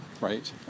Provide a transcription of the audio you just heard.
right